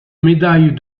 médaille